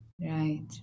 Right